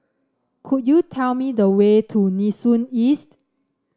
could you tell me the way to Nee Soon East